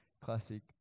classic